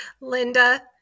Linda